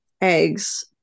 eggs